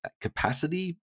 capacity